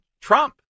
Trump